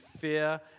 fear